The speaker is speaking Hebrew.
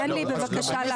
תן לי בבקשה לענות.